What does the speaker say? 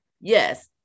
yes